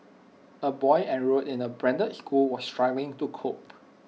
A boy enrolled in A branded school was struggling to cope